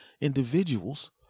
Individuals